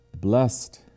Blessed